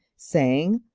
saying,